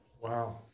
Wow